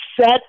set